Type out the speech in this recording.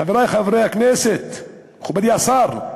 חברי חברי הכנסת, מכובדי השר,